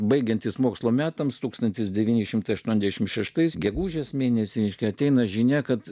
baigiantis mokslo metams tūkstantis devyni šimtai aštuoniasdešimt šeštais gegužės mėnesį iki ateina žinia kad